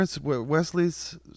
Wesley's